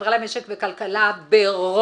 החברה למשק וכלכלה ברוב